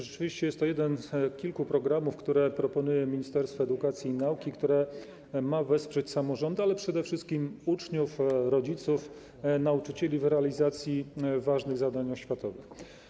Rzeczywiście jest to jeden z kilku programów, które proponuje Ministerstwo Edukacji i Nauki, które ma wesprzeć samorządy, ale przede wszystkim uczniów, rodziców, nauczycieli w realizacji ważnych zadań oświatowych.